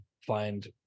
find